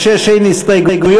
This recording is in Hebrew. ל-6 אין הסתייגויות,